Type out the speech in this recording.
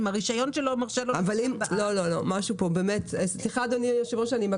משהו כאן לא